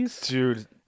dude